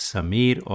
Samir